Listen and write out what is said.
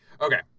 Okay